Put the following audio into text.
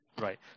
Right